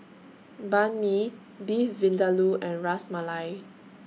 Banh MI Beef Vindaloo and Ras Malai